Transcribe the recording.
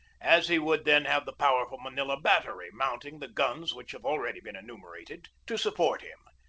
as he would then have the powerful manila battery, mounting the guns which have already been enu merated, to support him.